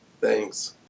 Thanks